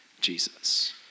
Jesus